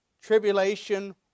tribulation